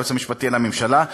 ליועץ המשפטי לממשלה,